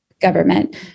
government